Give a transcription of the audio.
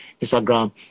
Instagram